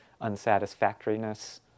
unsatisfactoriness